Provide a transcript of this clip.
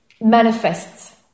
manifests